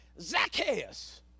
Zacchaeus